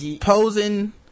posing